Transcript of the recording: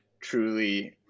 truly